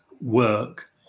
work